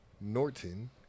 Norton